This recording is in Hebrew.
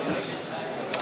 נתקבלה.